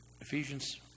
Ephesians